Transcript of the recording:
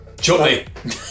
Chutney